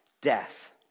death